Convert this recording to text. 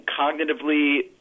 cognitively